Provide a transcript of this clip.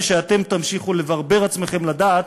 כשאתם תמשיכו לברבר עצמכם לדעת,